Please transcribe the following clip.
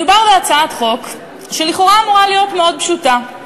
מדובר בהצעת חוק שלכאורה אמורה להיות מאוד פשוטה.